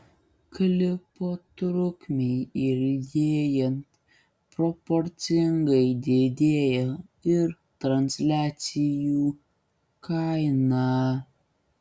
klipo trukmei ilgėjant proporcingai didėja ir transliacijų kaina